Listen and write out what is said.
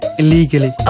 illegally